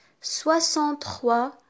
soixante-trois